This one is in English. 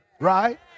right